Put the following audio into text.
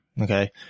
okay